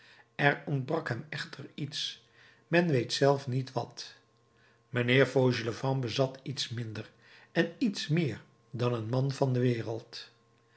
er ontbrak hem echter iets men weet zelf niet wat mijnheer fauchelevent bezat iets minder en iets meer dan een man van de wereld